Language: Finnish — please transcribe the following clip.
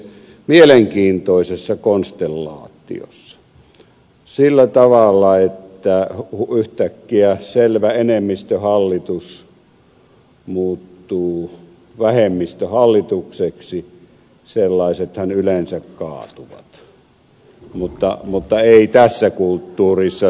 ollaan mielenkiintoisessa konstellaatiossa sillä tavalla että yhtäkkiä selvä enemmistöhallitus muuttuu vähemmistöhallitukseksi sellaisethan yleensä kaatuvat mutta ei tässä kulttuurissa